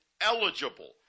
eligible